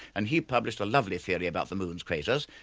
and he published a lovely theory about the moon's craters,